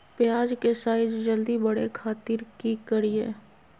प्याज के साइज जल्दी बड़े खातिर की करियय?